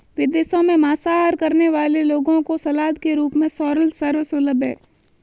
विदेशों में मांसाहार करने वाले लोगों को सलाद के रूप में सोरल सर्व सुलभ है